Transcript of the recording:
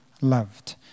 loved